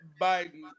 Biden